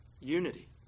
Unity